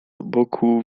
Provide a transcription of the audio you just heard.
boku